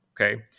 Okay